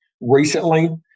Recently